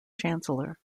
chancellor